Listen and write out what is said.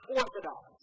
orthodox